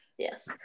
Yes